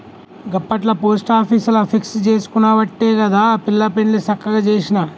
గప్పట్ల పోస్టాపీసుల ఫిక్స్ జేసుకునవట్టే గదా పిల్ల పెండ్లి సక్కగ జేసిన